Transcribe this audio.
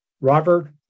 Robert